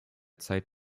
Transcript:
zeit